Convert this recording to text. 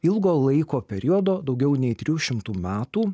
ilgo laiko periodo daugiau nei trijų šimtų metų